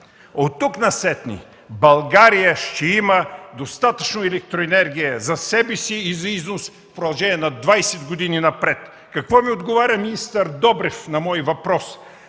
Оттук насетне България ще има достатъчно електроенергия за себе си и за износ в продължение на 20 години напред. Какво ми отговаря министър Добрев на мой въпрос?